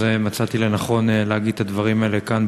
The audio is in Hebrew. מצאתי לנכון להגיד את הדברים האלה כאן,